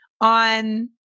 on